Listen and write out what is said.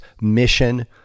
mission